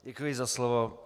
Děkuji za slovo.